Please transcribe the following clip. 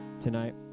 tonight